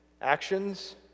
actions